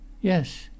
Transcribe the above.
Yes